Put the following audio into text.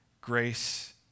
Grace